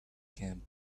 camp